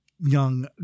young